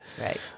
Right